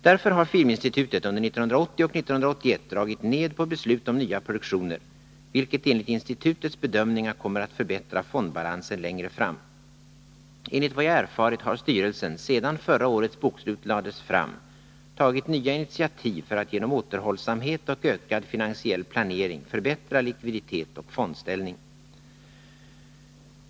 Därför har Filminstitutet under 1980 och 1981 dragit ner på beslut om nya produktioner, vilket enligt institutets bedömningar kommer att förbättra fondbalansen längre fram. Enligt vad jag erfarit har styrelsen, sedan förra årets bokslut lades fram, tagit nya initiativ för att genom återhållsamhet och ökad finansiell planering förbättra likviditet och fondställning.